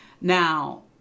Now